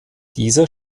dieser